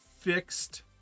fixed